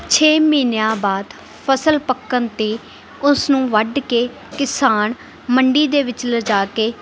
ਛੇ ਮਹੀਨਿਆਂ ਬਾਦ ਫਸਲ ਪੱਕਣ ਤੇ ਉਸਨੂੰ ਵੱਢ ਕੇ ਕਿਸਾਨ ਮੰਡੀ ਦੇ ਵਿੱਚ ਲਿਜਾ ਕੇ